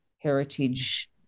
heritage